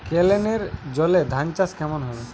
কেনেলের জলে ধানচাষ কেমন হবে?